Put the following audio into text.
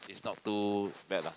is not too bad lah